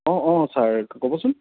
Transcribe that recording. অঁ অঁ ছাৰ ক'বচোন